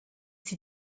sie